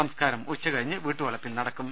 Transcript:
സംസ്കാരം ഉച്ചക ഴിഞ്ഞ് വീട്ടുവളപ്പിൽ നടക്കും